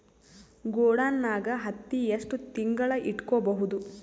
ಗೊಡಾನ ನಾಗ್ ಹತ್ತಿ ಎಷ್ಟು ತಿಂಗಳ ಇಟ್ಕೊ ಬಹುದು?